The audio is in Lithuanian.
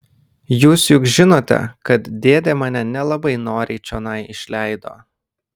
jūs juk žinote kad dėdė mane nelabai noriai čionai išleido